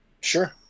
Sure